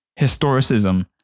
Historicism